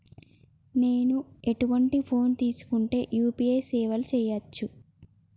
నేను ఎటువంటి ఫోన్ తీసుకుంటే యూ.పీ.ఐ సేవలు చేయవచ్చు?